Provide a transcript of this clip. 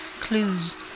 Clues